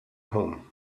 home